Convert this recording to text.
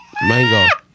Mango